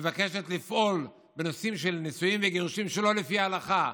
מבקשת לפעול בנושאים של נישואים וגירושים שלא לפי ההלכה,